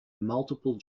multiple